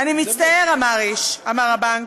"אני מצטער, איש", אמר הבנק,